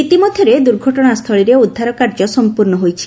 ଇତିମଧ୍ୟରେ ଦୁର୍ଘଟଣାସ୍ଥଳୀରେ ଉଦ୍ଧାର କାର୍ଯ୍ୟ ସମ୍ପର୍ଣ୍ଣ ହୋଇଛି